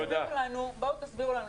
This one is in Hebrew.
בואו תסבירו לנו,